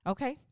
Okay